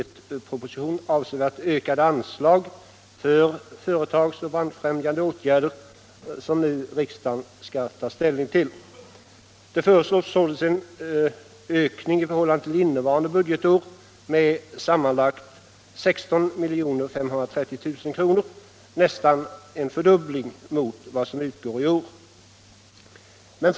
Det är också avsevärt ökade anslag för företagsoch branschfrämjande åtgärder som föreslås i årets budgetproposition och som riksdagen nu skall ta ställning till. Således föreslås ökningar i förhållande till innevarande budgetår med sammanlagt 16 530 000 kr. Det är nästan en fördubbling jämfört med anslaget för innevarande år.